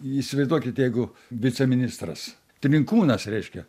įsivaizduokit jeigu viceministras trinkūnas reiškia